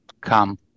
Come